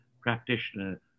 practitioner